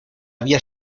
había